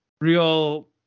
real